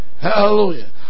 Hallelujah